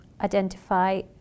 identify